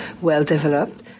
well-developed